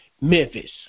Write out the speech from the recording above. Memphis